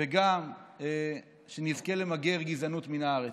וגם שנזכה למגר גזענות מן הארץ.